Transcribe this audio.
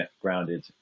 grounded